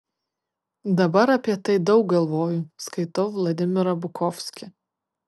dabar apie tai daug galvoju skaitau vladimirą bukovskį